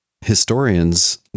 Historians